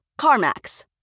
CarMax